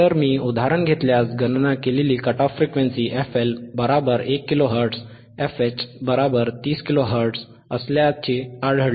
तर मी उदाहरण घेतल्यास गणना केलेली cut off frequency fL 1 kilohertz fH 30 kilohertz असल्याचे आढळले